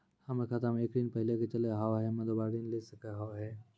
हमर खाता मे एक ऋण पहले के चले हाव हम्मे दोबारा ऋण ले सके हाव हे?